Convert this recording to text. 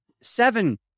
seven